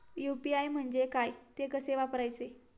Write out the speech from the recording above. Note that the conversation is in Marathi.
यु.पी.आय म्हणजे काय, ते कसे वापरायचे?